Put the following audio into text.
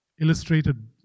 illustrated